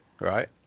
right